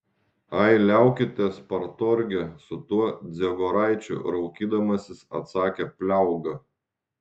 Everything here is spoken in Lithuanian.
ai liaukitės partorge su tuo dziegoraičiu raukydamasis atsakė pliauga